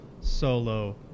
solo